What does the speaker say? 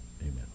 amen